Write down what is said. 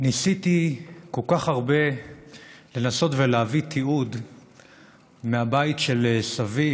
ניסיתי כל כך הרבה לנסות ולהביא תיעוד מהבית של סבי,